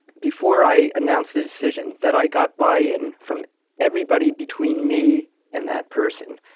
before i announced the decision, that i got buy-in from everybody between me and that person.